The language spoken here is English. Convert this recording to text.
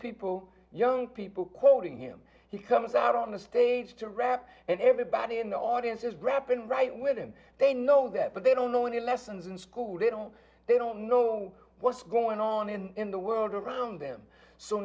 people young people quoting him he comes out on the stage to rap and everybody in the audience is rapping right when they know that but they don't know any lessons in school they don't they don't know what's going on in the world around them so